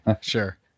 Sure